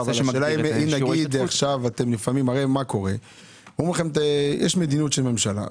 הרי לפעמים אומרים לכם: יש מדיניות של ממשלה,